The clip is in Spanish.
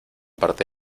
parte